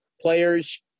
players